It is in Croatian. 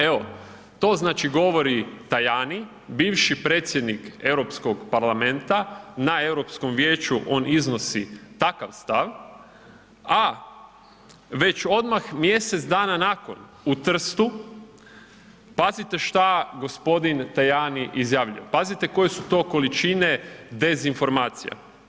Evo to znači govori Tajani, bivši predsjednik Europskog parlamenta na Europskom vijeću on iznosi takav stav, a već odmah mjeseca dana nakon u Trstu, pazite šta gospodin Tajani izjavljuje, pazite koje su to količine dezinformacija.